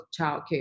childcare